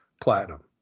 platinum